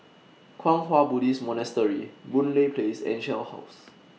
Kwang Hua Buddhist Monastery Boon Lay Place and Shell House